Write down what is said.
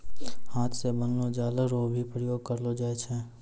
हाथ से बनलो जाल रो भी प्रयोग करलो जाय छै